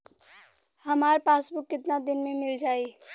हमार पासबुक कितना दिन में मील जाई?